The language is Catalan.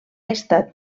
estat